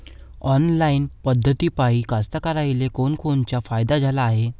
Online पद्धतीपायी कास्तकाराइले कोनकोनचा फायदा झाला हाये?